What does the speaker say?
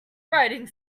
writing